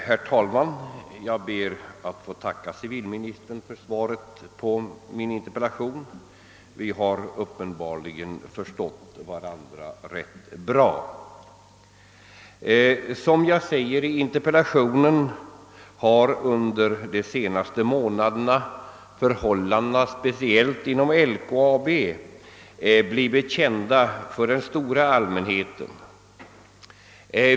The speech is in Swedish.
Herr talman! Jag ber att få tacka civilministern för svaret på min interpellation. Vi har uppenbarligen förstått varandra rätt bra. Som jag säger i interpellationen har förhållandena speciellt inom LKAB under de senaste månaderna blivit kända för den stora allmänheten.